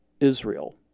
Israel